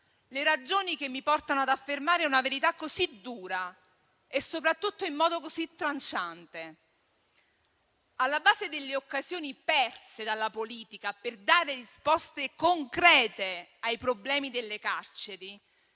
le ragioni che mi portano ad affermare una verità così dura e soprattutto in modo così tranciante. Alla base delle occasioni perse dalla politica per dare risposte concrete ai problemi delle carceri,